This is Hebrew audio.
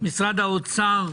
משרד האוצר.